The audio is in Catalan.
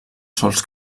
sòls